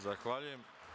Zahvaljujem.